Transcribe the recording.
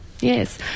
Yes